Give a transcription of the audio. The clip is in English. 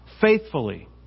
faithfully